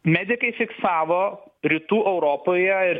medikai fiksavo rytų europoje ir